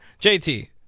JT